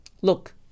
Look